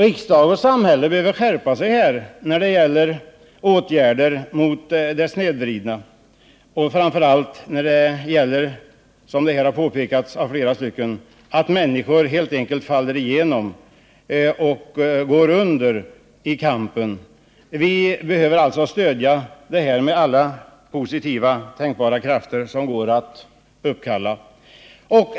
Riksdag och samhälle behöver skärpa sig när det gäller att vidta åtgärder mot det snedvridna så att inte människor, som har påpekats av flera talare, går under på grund av olika former av missbruk. Vi behöver alltså sätta in alla krafter mot en sådan utveckling.